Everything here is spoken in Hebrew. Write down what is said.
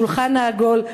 השולחן העגול,